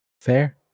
Fair